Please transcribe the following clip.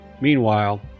Meanwhile